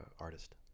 artist